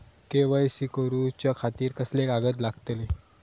KYC करूच्या खातिर कसले कागद लागतले?